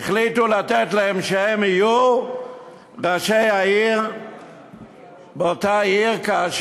החליטו לתת להם להיות ראשי עיר באותן ערים.